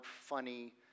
funny